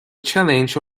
challenge